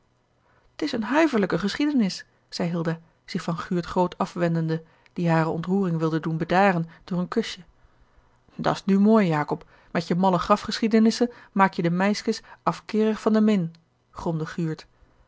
t is een huiverlijke geschiedenis zei hilda zich van guurt groot afwendende die hare ontroering wilde doen bedaren door een kusje at s nu mooi jacob met je malle grafgeschiedenissen maak je de meiskes afkeerig van de min gromde guurt